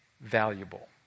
valuable